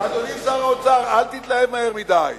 אדוני שר האוצר, אל תתלהב מהר מדי.